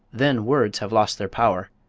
then words have lost their power,